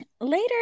Later